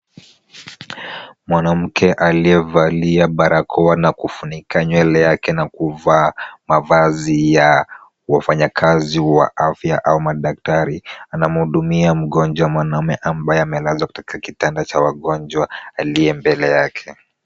Mwanamke aliyevalia barakoa na kufunika nywele yake na kuvaa mavazi ya wafanyakazi wa afya au madaktari, anamhudumia mgonjwa mwanaume ambaye amelazwa katika kitanda cha wagonjwa, aliye mbele yake.